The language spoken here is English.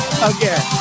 again